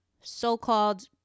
so-called